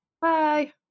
Bye